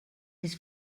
his